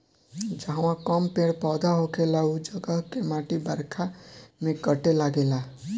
जहवा कम पेड़ पौधा होखेला उ जगह के माटी बरखा में कटे लागेला